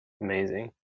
amazing